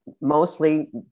mostly